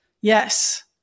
Yes